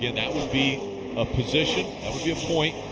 that would be a position. that would be a point.